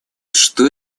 что